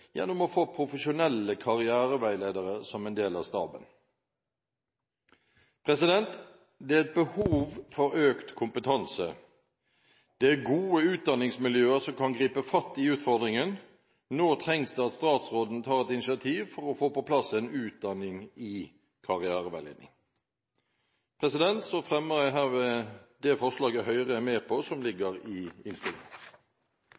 å få profesjonelle karriereveiledere som en del av staben. Det er et behov for økt kompetanse, og det er gode utdanningsmiljøer som kan gripe fatt i denne utfordringen. Nå trengs det at statsråden tar et initiativ til å få på plass en utdanning i karriereveiledning. Jeg fremmer herved det forslaget som Høyre er med på, som